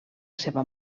seva